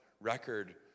record